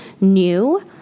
New